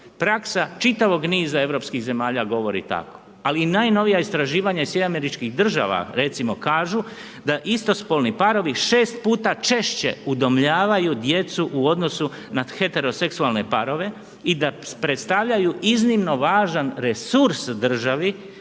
Praksa čitavog niza europskih zemalja govori tako ali i najnovija istraživanja iz SAD-a recimo kažu da istospolni parovi 6 puta češće udomljavaju djecu u odnosu na heteroseksualne parove i da predstavljaju iznimno važan resurs državi